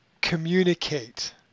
communicate